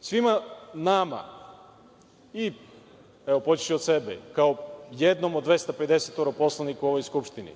Svima nama, poći ću od sebe, kao jednom od 250 poslanika u ovoj Skupštini,